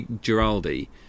Giraldi